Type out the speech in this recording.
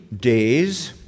days